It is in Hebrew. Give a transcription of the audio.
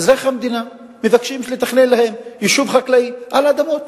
אזרחי המדינה מבקשים לתכנן להם יישוב חקלאי על אדמות